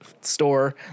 store